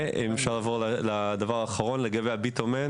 הביטומן